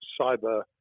cyber